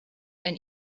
ein